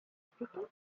speaking